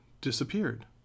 disappeared